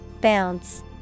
Bounce